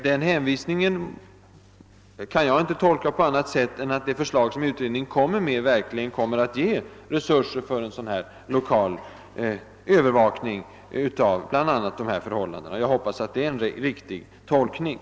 Den hänvisningen kan jag inte fatta på annat sätt än att utredningens förslag innebär, att det kommer att skapas resurser för lokal övervakning av bl.a. nu berörda förhållanden. Jag hoppas att det är en riktig tolkning.